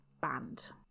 band